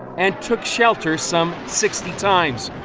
and took shelter some sixty times.